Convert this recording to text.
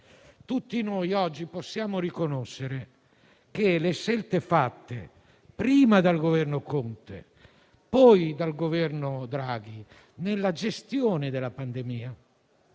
tutti noi oggi possiamo riconoscere che le scelte fatte, prima dal Governo Conte e poi dal Governo Draghi, nella gestione della pandemia